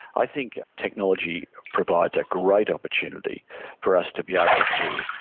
i think technology provides a great opportunity for us to be able to,